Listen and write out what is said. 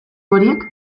horiek